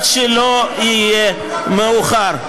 לפני שיהיה מאוחר.